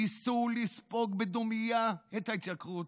ניסו לספוג בדומייה את ההתייקרות,